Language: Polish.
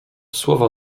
słowa